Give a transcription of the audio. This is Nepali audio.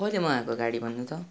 कहिले मगाएको गाडी भन्नु त